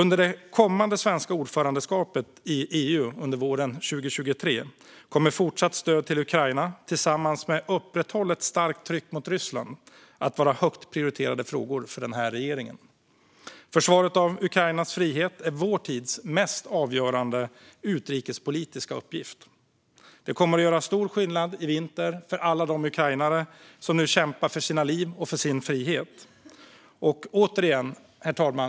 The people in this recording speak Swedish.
Under det kommande svenska ordförandeskapet i EU under våren 2023 kommer fortsatt stöd till Ukraina, tillsammans med ett upprätthållet starkt tryck mot Ryssland, att vara högt prioriterade frågor för regeringen. Försvaret av Ukrainas frihet är vår tids mest avgörande utrikespolitiska uppgift. Det kommer att göra stor skillnad i vinter för alla de ukrainare som nu kämpar för sina liv och sin frihet. Herr talman!